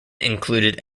included